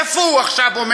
איפה הוא עומד עכשיו?